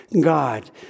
God